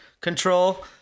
control